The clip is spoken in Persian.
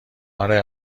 اره